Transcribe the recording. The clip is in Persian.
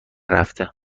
رفته